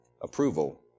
approval